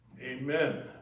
Amen